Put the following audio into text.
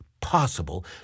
possible